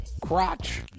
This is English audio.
crotch